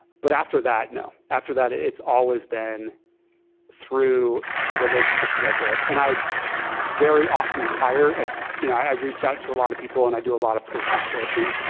but after that, no. after that, it's always been through the relationships that i built. and i very often hire, you know i i reached out to a lot of people and i do a lot of personal sourcing,